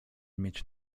mieć